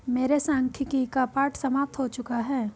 मेरे सांख्यिकी का पाठ समाप्त हो चुका है